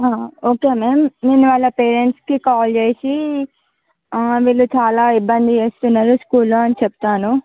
okay ma'am నేను వాళ్ళ పేరెంట్స్కి కాల్ చేసి వీళ్లు చాలా ఇబ్బంది చేస్తున్నారు స్కూల్లో అని చెప్తాను